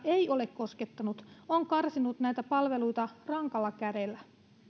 ei ole koskettanut ovat karsineet näitä palveluita rankalla kädellä